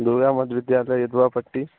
दुर्गा मध्य विद्यालय यदुआपट्टी